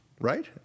Right